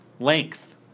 Length